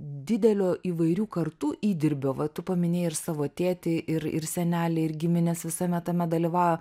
didelio įvairių kartų įdirbio va tu paminėjai ir savo tėtį ir ir seneliai ir giminės visame tame dalyvavo